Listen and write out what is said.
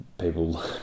people